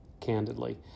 candidly